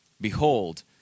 Behold